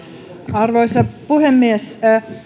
arvoisa puhemies